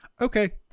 Okay